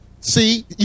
See